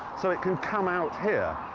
so, it can come out here.